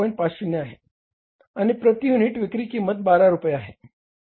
50 आहे आणि प्रती युनिट विक्री किंमत 12 रुपये आहे